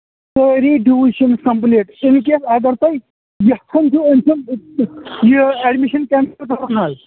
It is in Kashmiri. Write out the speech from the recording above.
سٲری ڈِیوٗز چھِ أمِس کَمپٕلیٖٹ اِن کیس اَگَر تۄہہِ یَژَھان چھو أمۍ سُنٛد یہِ ایڈمِشٮ۪ن کٮ۪نسٕل کَرُن حظ